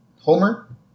Homer